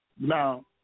Now